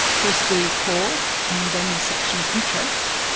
first the call and then the section of interest,